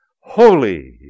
holy